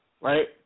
Right